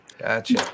Gotcha